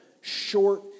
short